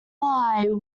why